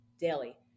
daily